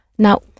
Now